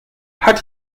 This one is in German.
hat